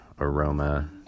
aroma